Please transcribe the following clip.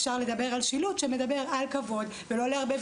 אפשר לדבר על שילוט שמדבר על כבוד ולא לערבב